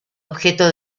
objeto